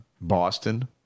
Boston